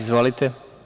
Izvolite.